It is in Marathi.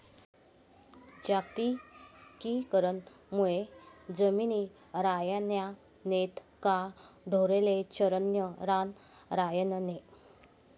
जागतिकीकरण मुये जमिनी रायन्या नैत का ढोरेस्ले चरानं रान रायनं नै